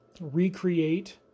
recreate